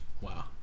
wow